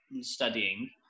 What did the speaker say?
studying